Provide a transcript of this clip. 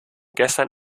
gestern